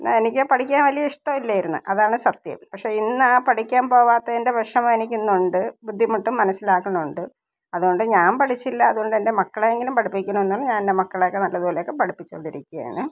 പിന്നെ എനിക്ക് പഠിക്കാന് വലിയ ഇഷ്ടമില്ലായിരുന്നു അതാണ് സത്യം പക്ഷേ ഇന്നാ ആ പഠിക്കാൻ പോകാത്തതിന്റെ വിഷമം എനിക്ക് ഇന്നുണ്ട് ബുദ്ധിമുട്ടും മനസ്സിലാക്കുണുണ്ട് അതുകൊണ്ട് ഞാൻ പഠിച്ചില്ലാ അതുകൊണ്ട് എന്റെ മക്കളെയെങ്കിലും പഠിപ്പിക്കണമെന്നാണ് ഞാനെന്റെ മക്കളെയൊക്കെ നല്ലതുപോലെ ഒക്കെ പഠിപ്പിച്ചു കൊണ്ടിരിക്കുകയാണ്